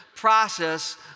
process